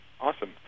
Awesome